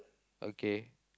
okay